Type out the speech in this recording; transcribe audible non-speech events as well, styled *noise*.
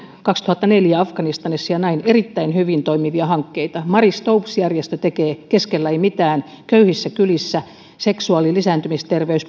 kaksituhattaneljä afganistanissa ja näin erittäin hyvin toimivia hankkeita marie stopes järjestö tekee keskellä ei mitään köyhissä kylissä seksuaaliterveys lisääntymisterveys *unintelligible*